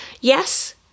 Yes